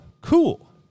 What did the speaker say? cool